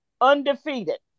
undefeated